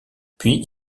puis